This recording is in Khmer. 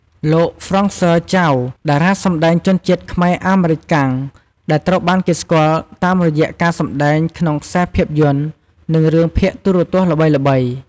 លោក ហ្វ្រង់ស័រ ចៅ តារាសម្តែងជនជាតិខ្មែរ-អាមេរិកាំង ដែលត្រូវបានគេស្គាល់តាមរយៈការសម្ដែងក្នុងខ្សែភាពយន្ត និងរឿងភាគទូរទស្សន៍ល្បីៗ។